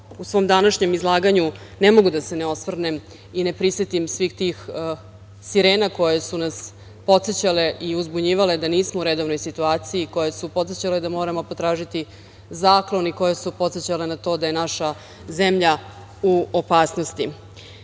u svom današnjem izlaganju, ne mogu da se ne osvrnem i ne prisetim svih tih sirena koje su nas podsećale i uzbunjivale da nismo u redovnoj situaciji, koje su podsećale da moramo potražiti zaklon i koje su podsećale na to da je naša zemlja u opasnosti. Danas